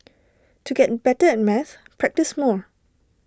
to get better at maths practise more